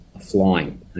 flying